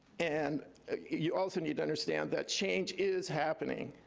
and you also need to understand that change is happening.